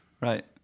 Right